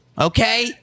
okay